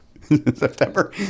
September